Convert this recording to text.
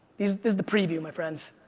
is is the preview, my friends.